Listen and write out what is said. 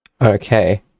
Okay